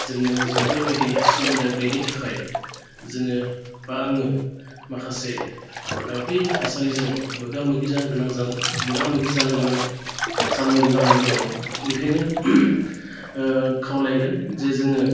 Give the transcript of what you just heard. जोंनि ओनसोलाव बेबायदि सुबिदा गैयैनि थाखाय जोङो बा आङो माखासे बै थासारिजों मोगा मोगि जानो गोनां मोगा मोगि जानो गोनां जानांगौ जानानै दङ ओंखायनो खावलायगोन जे जोङो